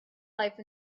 life